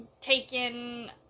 taken